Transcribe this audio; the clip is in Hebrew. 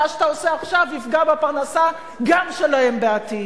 מה שאתה עושה עכשיו יפגע בפרנסה גם שלהם בעתיד,